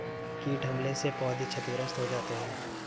कीट हमले से पौधे क्षतिग्रस्त हो जाते है